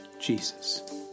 Jesus